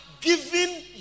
given